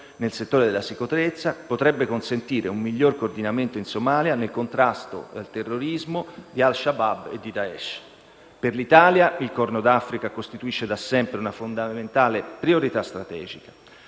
nel settore della sicurezza potrebbe consentire un miglior coordinamento in Somalia nel contrasto al terrorismo di Al Shabaab e Daesh. Per l'Italia, il Corno d'Africa costituisce da sempre una fondamentale priorità strategica.